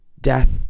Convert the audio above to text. death